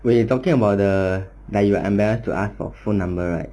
when you talking about the like you embarrassed to ask for phone number right